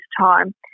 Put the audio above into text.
time